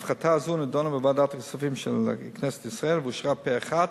הפחתה זו נדונה בוועדת הכספים של כנסת ישראל ואושרה פה אחד.